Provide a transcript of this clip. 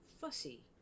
fussy